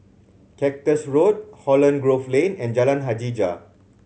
Cactus Road Holland Grove Lane and Jalan Hajijah